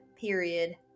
period